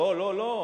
לא לא לא,